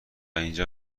اینجا